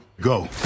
Go